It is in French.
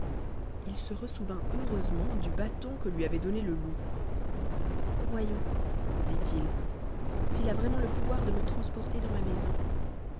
il se ressouvint heureusement du bâton que lui avait donné le loup voyons dit-il s'il a vraiment le pouvoir de me transporter dans ma maison